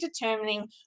determining